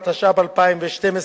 התשע"ב 2012,